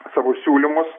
savo siūlymus